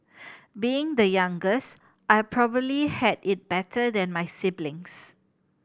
being the youngest I probably had it better than my siblings